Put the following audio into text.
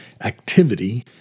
activity